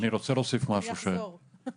אני רוצה להוסיף משהו לדיון,